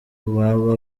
baba